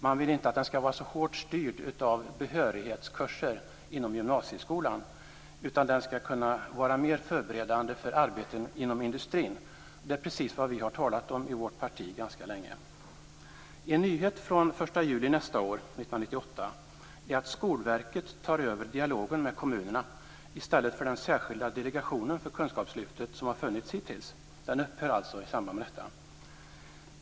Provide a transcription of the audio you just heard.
Man vill inte att den skall vara så hårt styrd av behörighetskurser inom gymnasieskolan, utan den skall kunna vara mer förberedande för arbeten inom industrin. Det är precis vad vi har talat om inom vårt parti ganska länge. En nyhet från den 1 juli 1998 är att Skolverket tar över dialogen med kommunerna efter den särskilda delegationen för kunskapslyftet som har funnits hittills. Den upphör alltså i samband med detta.